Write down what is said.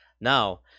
Now